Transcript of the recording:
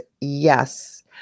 Yes